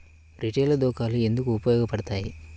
Retail దుకాణాలు ఎందుకు ఉపయోగ పడతాయి?